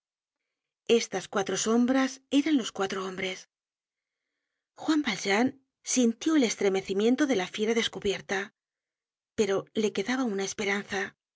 estas cuatro sombras eran los cuatro hombres juan valjean sintió el estremecimiento de la fiera descubierta pero le quedaba una esperanza